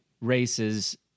races